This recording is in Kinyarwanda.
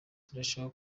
irushaho